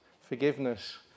forgiveness